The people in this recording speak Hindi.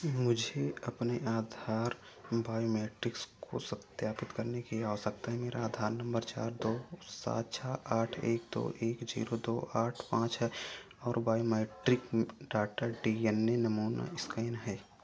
मुझे अपने आधार बायोमेट्रिक्स को सत्यापित करने की आवश्यकता है मेरा आधार नम्बर चार दो सात छः आठ एक दो एक जीरो दो आठ पाँच है और biometric data D N A नमूना स्कैन है